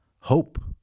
hope